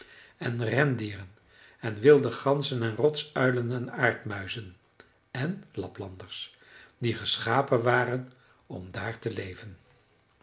en rendieren en wilde ganzen en rotsuilen en aardmuizen en laplanders die geschapen waren om daar te leven